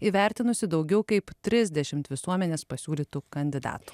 įvertinusi daugiau kaip trisdešimt visuomenės pasiūlytų kandidatų